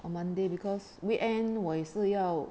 on monday because weekend 我也是要